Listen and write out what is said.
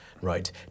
Right